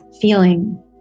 feeling